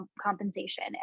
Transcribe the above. compensation